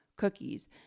cookies